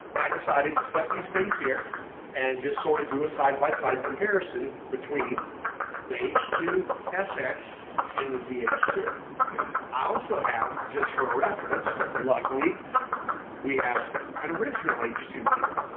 i decided to set these things here and just sort of do a side-by-side comparison between the h two sx and the z h two i also have, just for a reference. luckily we have an original h two here.